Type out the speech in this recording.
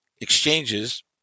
exchanges